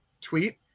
tweet